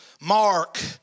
Mark